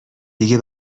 دیگه